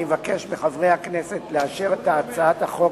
אני מבקש מחברי הכנסת לאשר את הצעת החוק